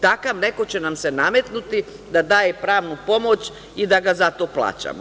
Takav neko će nam se nametnuti da daje pravnu pomoć i da ga zato plaćamo.